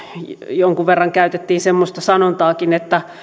jonkun verran käytettiin semmoista sanontaakin että